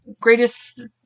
greatest